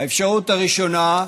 האפשרות הראשונה,